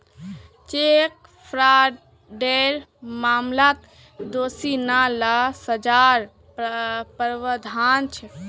cheque फ्रॉडेर मामलात दोषी पा ल सजार प्रावधान छेक